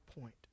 point